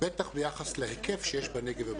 בטח ביחס להיקף שיש בנגב ובגליל.